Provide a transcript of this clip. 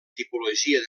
tipologia